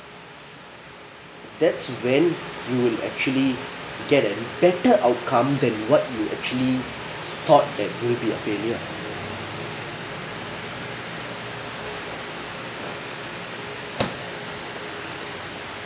that's very you would actually get a better outcome than what you actually thought that would be a failure